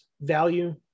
value